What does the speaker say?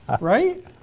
Right